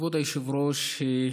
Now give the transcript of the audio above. כבוד היושב-ראש,